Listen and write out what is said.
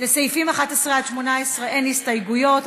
לסעיפים 11 18 אין הסתייגויות.